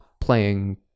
playing